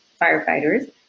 firefighters